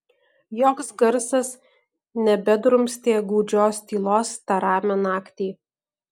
joks garsas nebedrumstė gūdžios tylos tą ramią naktį